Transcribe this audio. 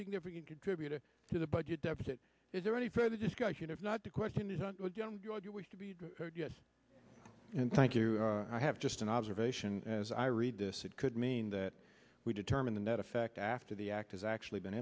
significant contributor to the budget deficit is there any further discussion if not to question is on your wish to be yes and thank you i have just an observation as i read this it could mean that we determine the net effect after the act has actually been